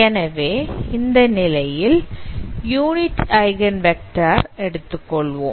எனவே இந்த நிலையில் யூனிட் ஐகன் வெக்டார் எடுத்துக்கொள்வோம்